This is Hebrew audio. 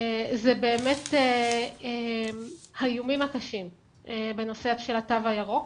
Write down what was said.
באמת האיומים הקשים בנושא של התו הירוק,